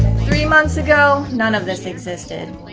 three months ago, none of this existed.